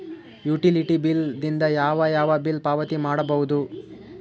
Utility bill ದಿಂದ ಯಾವ ಯಾವ ಬಿಲ್ ಪಾವತಿ ಮಾಡಬಹುದು?